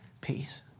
peace